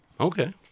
Okay